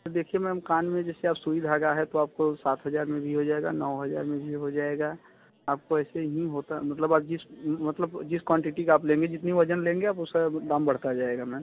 देखिए मैम कान में जैसे आप सुई धागा है तो आपको सात हज़ार में भी हो जाएगा नौ हज़ार में भी हो जाएगा आपको ऐसे ही होता मतलब आप जिस मलतब जिस क्वांटिटी का आप लेंगे जितना वज़न लेंगे आप उसका दाम बढ़ता जाएगा मैम